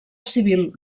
civil